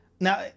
Now